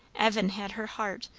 evan had her heart,